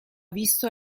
visto